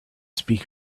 speak